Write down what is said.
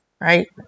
Right